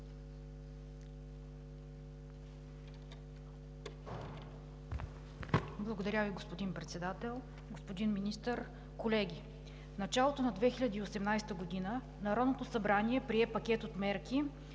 Благодаря Ви, господин Председател. Господин Министър, колеги! В началото на 2018 г. Народното събрание прие пакет от мерки